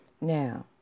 now